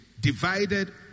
Divided